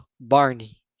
Barney